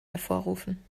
hervorrufen